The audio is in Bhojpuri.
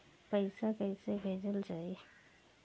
पैसा कैसे भेजल जाइ?